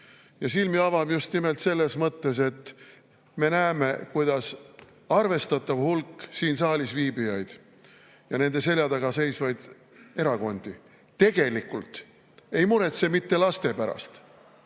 silmi avav just nimelt selles mõttes, et me näeme, kuidas arvestatav hulk siin saalis viibijaid ja nende selja taga seisvaid erakondi tegelikult ei muretse mitte laste pärast,